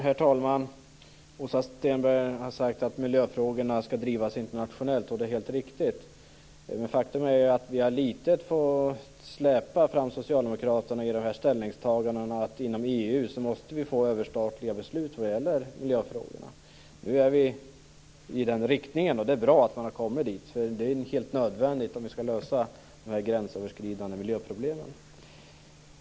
Herr talman! Åsa Stenberg har sagt att miljöfrågorna skall drivas internationellt. Det är helt riktigt. Men faktum är att vi har fått släpa fram socialdemokraterna till ställningstagandet att vi inom EU måste få överstatliga beslut vad gäller miljöfrågorna. Nu är vi på väg i den riktningen, och det är bra att vi har kommit dit. Det är helt nödvändigt om vi skall lösa de gränsöverskridande miljöproblemen.